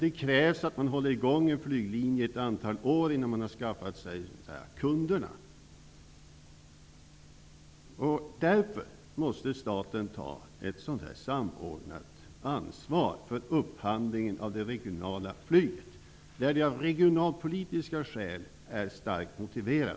Det krävs att man håller i gång en flyglinje ett antal år för att man skall hinna skaffa sig kunder. Därför måste staten ta ett samordnat ansvar för upphandlingen av det regionala flyget där det av regionalpolitiska skäl är starkt motiverat.